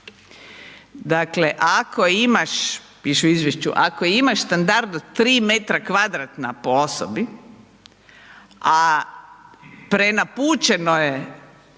Dakle ako imaš, piše u izvješću, ako imaš standard od 3 m2 po osobi a prenapučeno je,